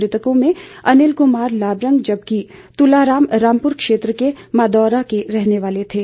मृतकों में अनिल कुमार लाबरंग जबकि तुलाराम रामपुर क्षेत्र के मादोरा के रहने वाले थे